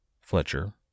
Fletcher